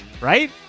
right